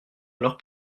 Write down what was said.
alors